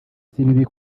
z’ibibi